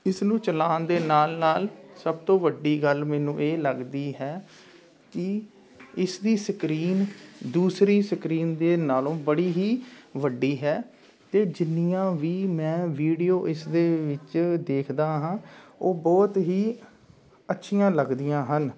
ਇਸ ਨੂੰ ਚਲਾਉਣ ਦੇ ਨਾਲ ਨਾਲ ਸਭ ਤੋਂ ਵੱਡੀ ਗੱਲ ਮੈਨੂੰ ਇਹ ਲੱਗਦੀ ਹੈ ਕਿ ਇਸਦੀ ਸਕਰੀਨ ਦੂਸਰੀ ਸਕਰੀਨ ਦੇ ਨਾਲੋਂ ਬੜੀ ਹੀ ਵੱਡੀ ਹੈ ਅਤੇ ਜਿੰਨੀਆਂ ਵੀ ਮੈਂ ਵੀਡੀਓ ਇਸਦੇ ਵਿੱਚ ਦੇਖਦਾ ਹਾਂ ਉਹ ਬਹੁਤ ਹੀ ਅੱਛੀਆਂ ਲੱਗਦੀਆਂ ਹਨ